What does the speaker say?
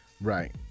Right